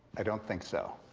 i don't think so.